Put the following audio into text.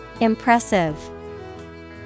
Impressive